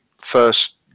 first